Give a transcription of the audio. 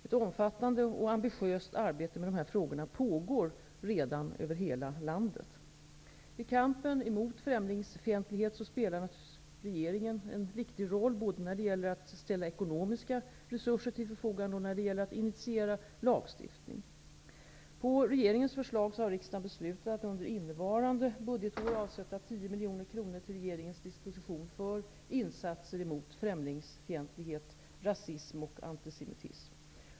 Ett omfattande och ambitiöst arbete med dessa frågor pågår redan över hela landet. I kampen mot främlingsfientlighet spelar naturligtvis regeringen en viktig roll, både när det gäller att ställa ekonomiska resurser till förfogande och när det gäller att initiera lagstiftning. På regeringens förslag har riksdagen beslutat att under innevarande budgetår avsätta 10 miljoner kronor till regeringens disposition för insatser mot främlingsfientlighet, rasism och antisemitism.